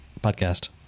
podcast